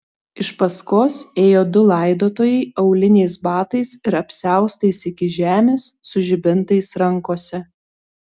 iš paskos ėjo du laidotojai auliniais batais ir apsiaustais iki žemės su žibintais rankose